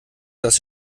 dass